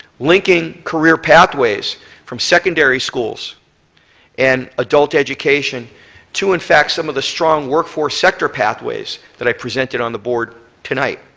linking career pathways from secondary schools and adult education to and some of the strong workforce sector pathways that i presented on the board tonight